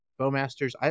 bowmasters